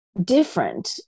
different